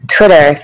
Twitter